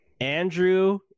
Andrew